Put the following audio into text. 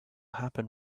happen